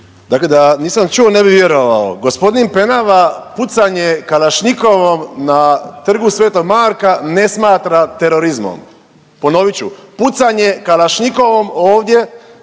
dakle da nisam čuo ne bi vjerovao, g. Penava pucanje kalašnjikovom na Trgu sv. Marka ne smatra terorizmom. Ponovit ću, pucanje kalašnjikovom ovdje